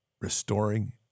restoring